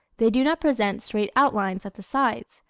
they do not present straight outlines at the sides.